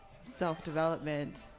self-development